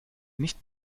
nicht